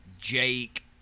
Jake